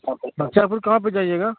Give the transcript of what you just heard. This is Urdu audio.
بختیار پور کہاں پہ جائیے گا